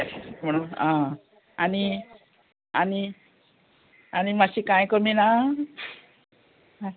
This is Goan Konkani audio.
म्हणून आ आनी आनी आनी मातशें कांय कमी ना